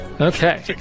Okay